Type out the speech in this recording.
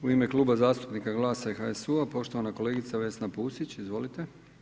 U ime Kluba zastupnika GLAS-a i HSU-a, poštovana kolegica Vesna Pusić, izvolite.